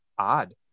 odd